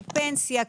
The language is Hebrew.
פנסיה,